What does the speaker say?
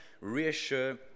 reassure